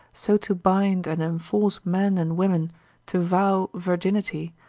so to bind and enforce men and women to vow virginity,